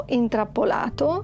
intrappolato